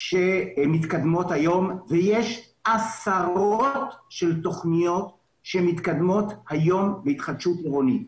שמתקדמות היום ויש עשרות של תכניות שמתקדמות היום בהתחדשות עירונית.